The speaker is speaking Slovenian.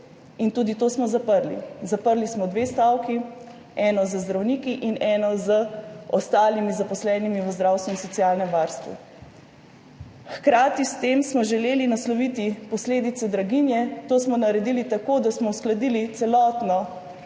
In tudi to smo zaprli. Zaprli smo dve stavki, eno z zdravniki in eno z ostalimi zaposlenimi v zdravstvu in socialnem varstvu. Hkrati s tem smo želeli nasloviti posledice draginje. To smo naredili tako, da smo uskladili celotno